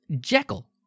Jekyll